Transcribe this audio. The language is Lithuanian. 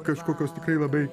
kažkokios tikrai labai